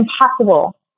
impossible